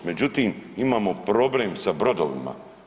Međutim, imamo problem sa brodovima.